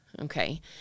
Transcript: Okay